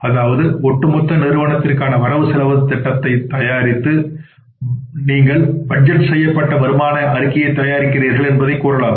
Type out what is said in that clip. அதாவது ஒட்டுமொத்தமாக நிறுவனத்திற்கான வரவு செலவுத் திட்டத்தை நீங்கள் தயாரித்தால் நீங்கள் பட்ஜெட் செய்யப்பட்ட வருமான அறிக்கையைத் தயாரிக்கிறீர்கள் என்பதைக் கூறலாம்